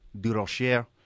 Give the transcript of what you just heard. Durocher